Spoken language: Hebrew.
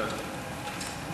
לכלול את